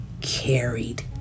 carried